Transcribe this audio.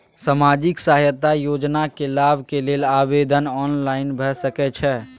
सामाजिक सहायता योजना के लाभ के लेल आवेदन ऑनलाइन भ सकै छै?